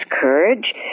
courage